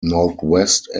northwest